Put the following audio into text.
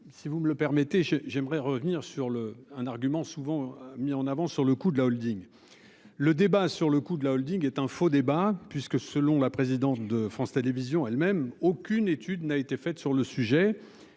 si vous me le permettez j'j'aimerais revenir sur le un argument souvent mis en avant sur le coût de la Holding. Le débat sur le coût de la Holding est un faux débat puisque, selon la présidence de France Télévisions elles-mêmes aucune étude n'a été faite sur le sujet.